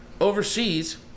overseas